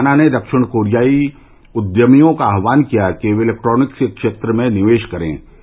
श्री महाना ने दक्षिण कोरियाई उद्यमियों का आहवान किया है कि वे इलेक्ट्रानिक क्षेत्र में निवेष करे